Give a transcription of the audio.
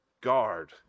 guard